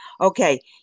Okay